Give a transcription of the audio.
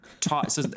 taught